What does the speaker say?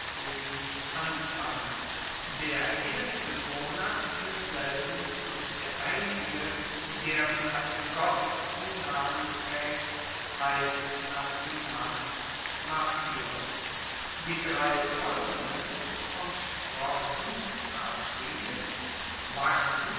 fruehlingsanfang der erste monat desselben und der einzige der von einem gott den namen traegt heisst nach dem mars martius die drei folgenden vom sprossen aprilis wachsen